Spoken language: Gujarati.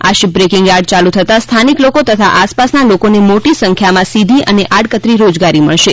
આ શિપબ્રેકીંગ યાર્ડ યાલુ થતાં સ્થાનિક લોકો તથા આસપાસાના લોકોને મોટી સંખ્યામાં સીધી અને આડકતરી રોજગારી મળશે